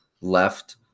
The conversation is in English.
left